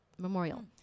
Memorial